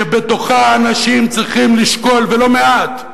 בחברה שבתוכה אנשים צריכים לשקול, ולא מעט,